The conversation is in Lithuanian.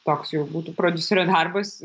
toks jau būtų prodiuserio darbas